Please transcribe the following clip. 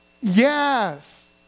Yes